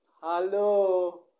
Hello